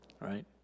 right